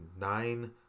nine